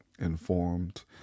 Informed